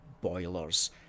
boilers